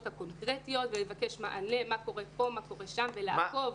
הקונקרטיות ולבקש מענה לגבי מה שקורה כאן ושם ולעקוב,